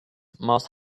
must